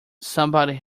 somebody